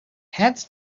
hands